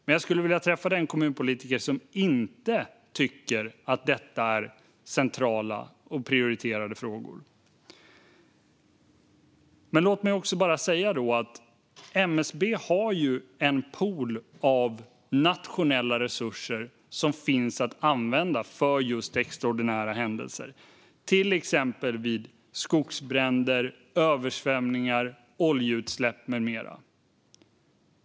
Men jag skulle vilja träffa den kommunpolitiker som inte tycker att detta är centrala och prioriterade frågor. Låt mig säga att MSB har en pool av nationella resurser som finns att använda för just extraordinära händelser, till exempel vid skogsbränder, översvämningar, oljeutsläpp med mera.